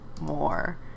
more